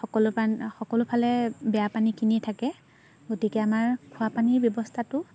সকলো সকলোফালে বেয়া পানীখিনি থাকে গতিকে আমাৰ খোৱাপানীৰ ব্যৱস্থাটো